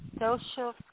social